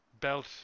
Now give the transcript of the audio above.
belt